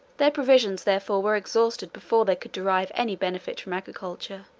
their provisions therefore were exhausted before they could derive any benefit from agriculture